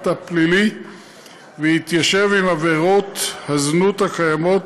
הפלילי ויתיישב עם עבירות הזנות הקיימות,